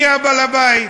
מי בעל-הבית?